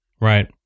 right